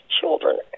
children